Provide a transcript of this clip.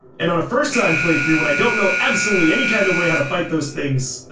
and on a first-time playthrough, when i don't know absolutely any kind of way how to fight those things.